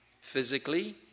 physically